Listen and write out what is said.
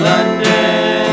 London